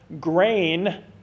grain